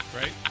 Right